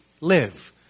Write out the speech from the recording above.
live